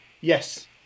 Yes